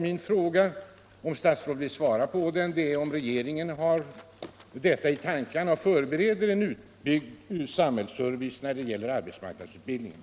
Min fråga lyder: Förbereder regeringen en utbyggd samhällsservice när det gäller arbetsmarknadsutbildningen?